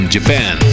Japan